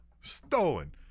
stolen